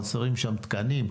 חסרים שם תקנים,